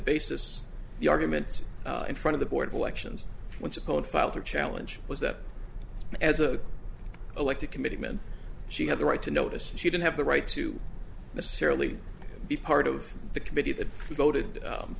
the argument in front of the board of elections what's it called filed to challenge was that as a elected committeeman she had the right to notice she didn't have the right to necessarily be part of the committee that voted